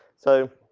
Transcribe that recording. so,